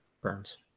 Burns